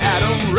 Adam